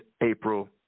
April